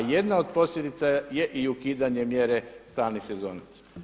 A jedna od posljedica je i ukidanje mjere stalnih sezonaca.